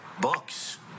Books